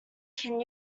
can